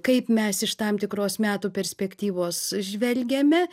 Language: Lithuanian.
kaip mes iš tam tikros metų perspektyvos žvelgiame